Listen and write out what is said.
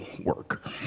work